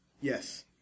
yes